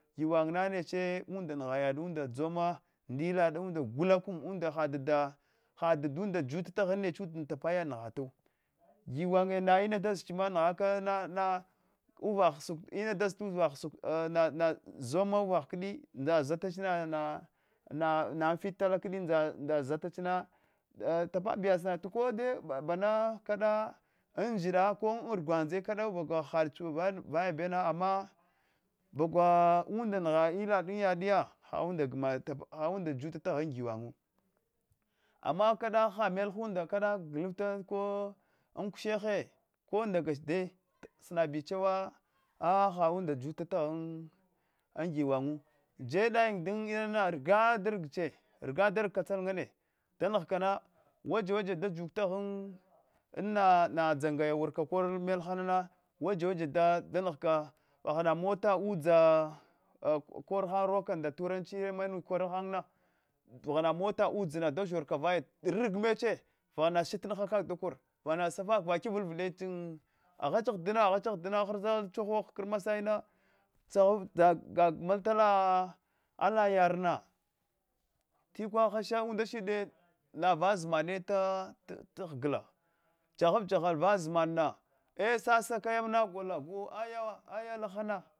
Giwanya neche unda ngha yat unda dzorna ndila unda gula unda hadada hadanda juta ta ghan neche ytapb yak nghatu giwanye na ina dazeh ma nghakana nana nana ina dizt uvah nana zani uvah uvah sukutum ina nazata uvah nana nana dzom dzoma uvah kdi ndza zatach na anfit tala kd ndzaa zatach na tapa yada samatu ko bana kada anfida koda ko anfida ko an argwandze kdudan bagwa hahadach vaya beuns ama bagwa unda ngha yadd mita daya hadadunda juta ta ghan giwanwu ama kada hahade arnd harda karfa glftaan an ko am kushche ko ndagach dai sinabi chewa a hahade undanda juta ta ghan giwanwa jedayin dan inana dad rga da ngache katsalangana da nghkana da waja waja tuta tghan nana dzangaya kor wurka kor mel hana waja waja vaghana mota udsa kor han roka nda turanchiya manuch kor hana vaghana mota udza da zhor kavaya rgameche vaghan shatamha kaka da kor vaghana safak va kivil vile aghach ahdina aghach ahidina har zada krmasaina tsahuf gagama ala yarna tikwa hasha unda shuide nava zmane ta ghgla jaha f jahave va zmana e sasa kai mna gol kata aya aya lahana